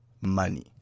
money